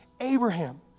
Abraham